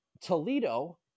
Toledo